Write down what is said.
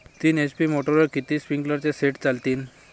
तीन एच.पी मोटरवर किती स्प्रिंकलरचे सेट चालतीन?